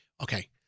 Okay